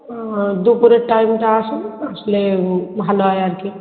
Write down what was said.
আঁ দুপুরের টাইমটা আসুন আসলে ভালো হয় আর কি